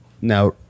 Now